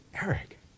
Eric